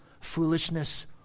foolishness